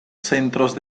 centros